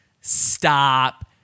stop